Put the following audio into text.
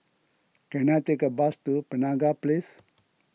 can I take a bus to Penaga Place